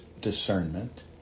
discernment